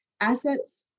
assets